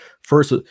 first